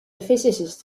physicist